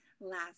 last